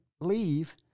leave